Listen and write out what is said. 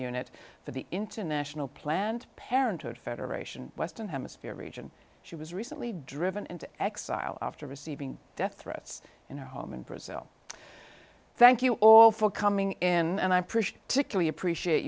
for the international planned parenthood federation western hemisphere region she was recently driven into exile after receiving death threats in her home in brazil thank you all for coming in and i pushed to kill you appreciate